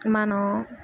మనం